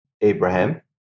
abraham